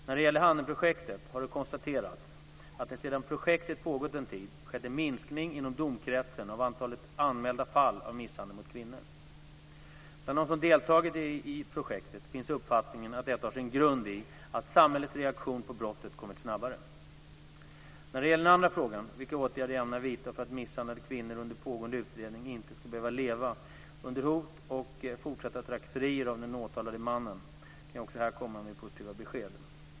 När det gäller Handenprojektet har det konstaterats att det - sedan projektet pågått en tid - skett en minskning inom domkretsen av antalet anmälda fall av misshandel mot kvinnor. Bland dem som deltagit i projektet finns uppfattningen att detta har sin grund i att samhällets reaktion på brottet kommit snabbare. När det gäller den andra frågan - vilka åtgärder jag ämnar vidta för att misshandlade kvinnor under pågående utredning inte ska behöva leva under hot och fortsatta trakasserier av den åtalade mannen - kan jag också här komma med positiva besked.